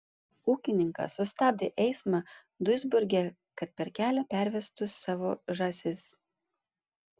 ūkininkas sustabdė eismą duisburge kad per kelia pervestų savo žąsis